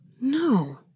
No